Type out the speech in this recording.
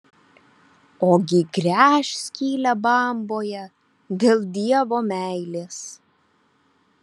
ogi gręš skylę bamboje dėl dievo meilės